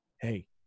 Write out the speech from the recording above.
hey